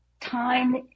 time